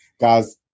Guys